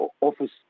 office